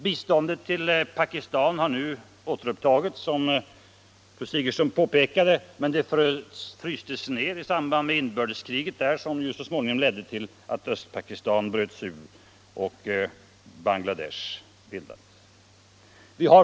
Biståndet till Pakistan har nu återupptagits, som fru Sigurdsen påpekade, men det frystes ner i samband med inbördeskriget, som ledde till att Östpakistan bröt sig ur och Bangladesh bildades.